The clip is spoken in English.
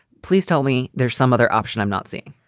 please tell me there's some other option i'm not seeing